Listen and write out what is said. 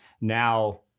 Now